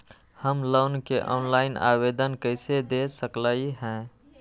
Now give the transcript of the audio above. हम लोन के ऑनलाइन आवेदन कईसे दे सकलई ह?